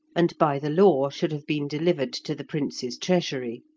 and by the law should have been delivered to the prince's treasury.